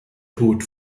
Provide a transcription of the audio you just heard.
tod